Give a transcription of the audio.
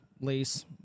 lease –